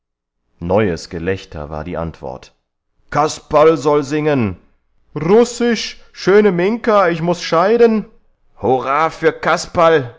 neues gelächter war die antwort kasperl soll singen russisch schöne minka ich muß scheiden hurra für kasperl